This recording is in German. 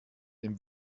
dem